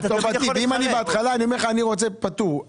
ואם אני בהתחלה אומר לך שאני רוצה פטור?